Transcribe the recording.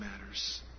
matters